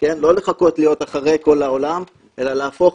לא לחכות, להיות אחרי כל העולם, אלא להפוך